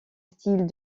style